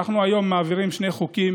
אנחנו היום מעבירים שני חוקים